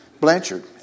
Blanchard